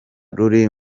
ruri